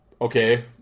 Okay